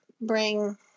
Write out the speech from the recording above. bring